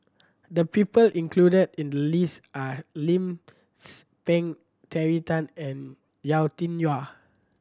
the people included in the list are Lim Tze Peng Terry Tan and Yau Tian Yau